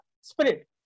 spirit